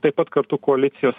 taip pat kartu koalicijos